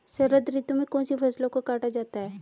शरद ऋतु में कौन सी फसलों को काटा जाता है?